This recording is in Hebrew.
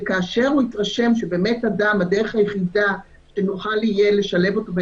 וכאשר הוא יתרשם שהדרך היחידה של אדם שנוכל לשלב אותו,